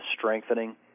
strengthening